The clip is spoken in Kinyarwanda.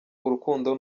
urukundo